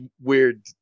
weird